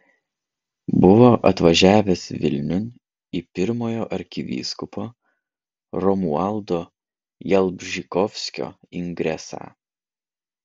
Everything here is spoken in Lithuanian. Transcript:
buvo atvažiavęs vilniun į pirmojo arkivyskupo romualdo jalbžykovskio ingresą